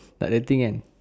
takde thing kan